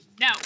no